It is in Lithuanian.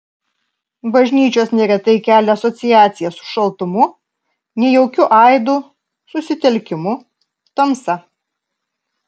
bažnyčios neretai kelia asociacijas su šaltumu nejaukiu aidu susitelkimu tamsa